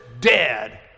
dead